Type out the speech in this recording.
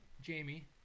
Jamie